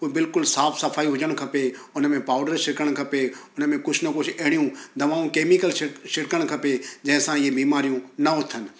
उहे बिल्कुलु साफ़ु सफ़ाई हुजणु खपे हुन में पाउडर छिड़िकणु खपे उन में कुझु न कुझु अहिड़ियूं दवाऊं केमिकल छिड़ छिड़कणु खपे जंहिंसां इहे बीमारियूं न उथनि